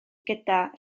gyda